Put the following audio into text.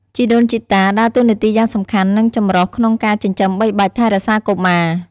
ជីដូនជីតាដើរតួនាទីយ៉ាងសំខាន់ និងចម្រុះក្នុងការចិញ្ចឹមបីបាច់ថែរក្សាកុមារ។